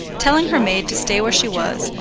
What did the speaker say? telling her maid to stay where she was,